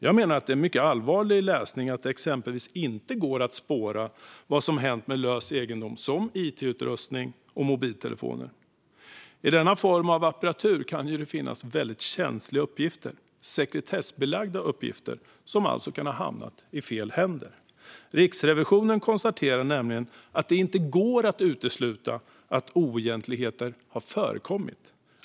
Jag menar att det är mycket allvarlig läsning att det exempelvis inte går att spåra vad som hänt med lös egendom som it-utrustning och mobiltelefoner. I denna form av apparatur kan det finnas känsliga uppgifter, sekretessbelagda uppgifter, som kan ha hamnat i fel händer. Riksrevisionen konstaterar nämligen att det inte går att utesluta att oegentligheter har förekommit.